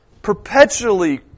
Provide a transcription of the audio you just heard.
perpetually